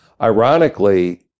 ironically